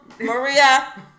Maria